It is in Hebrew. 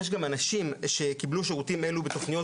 יש גם אנשים שקיבלו שירותים אלו בתוכניות